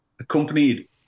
accompanied